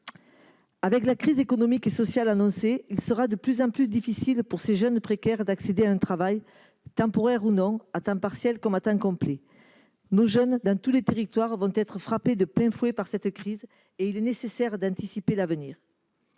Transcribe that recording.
Avec la crise économique et sociale annoncée, il sera de plus en plus difficile, pour ces jeunes précaires, d'accéder à un travail, temporaire ou non, à temps partiel comme à temps complet. Nos jeunes, dans tous les territoires, vont être frappés de plein fouet par cette crise. Il est nécessaire d'anticiper l'avenir.